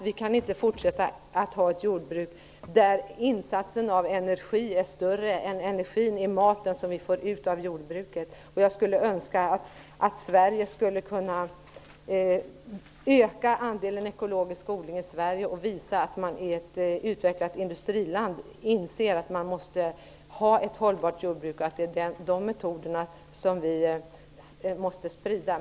Vi kan inte fortsätta att ha ett jordbruk där insatsen av energi är större än den vi får från maten som vi får ut av jordbruket. Jag skulle önska att Sverige skulle kunna öka andelen ekologisk odling och visa att man i ett utvecklat industriland inser att man måste ha ett hållbart jordbruk och att det är de metoderna man måste sprida.